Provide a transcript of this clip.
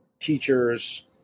teachers